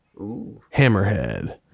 Hammerhead